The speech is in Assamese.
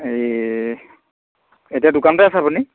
এই এতিয়া দোকানতে আছে আপুনি